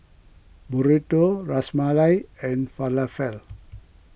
Burrito Ras Malai and Falafel